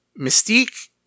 Mystique